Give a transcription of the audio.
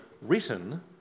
written